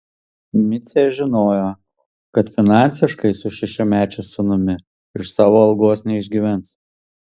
micė žinojo kad finansiškai su šešiamečiu sūnumi iš savo algos neišgyvens